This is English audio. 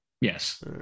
Yes